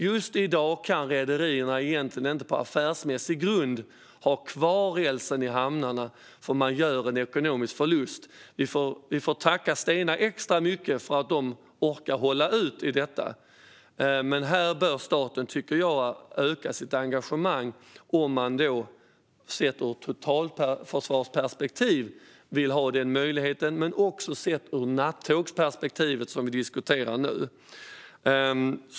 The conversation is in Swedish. Just i dag kan rederierna egentligen inte på affärsmässig grund ha kvar rälsen i hamnarna, för man gör en ekonomisk förlust. Vi får tacka Stena Line extra mycket för att de orkar hålla ut i detta, och här tycker jag att staten bör öka sitt engagemang sett ur ett totalförsvarsperspektiv - vi har den möjligheten - men också sett ur nattågsperspektivet, som vi diskuterar nu.